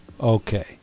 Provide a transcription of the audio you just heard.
okay